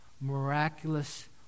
miraculous